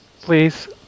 please